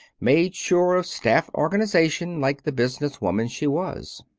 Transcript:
made sure of staff organization like the business woman she was.